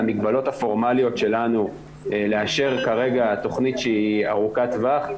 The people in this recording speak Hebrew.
המגבלות הפורמליות שלנו לאשר כרגע תכנית שהיא ארוכת טווח,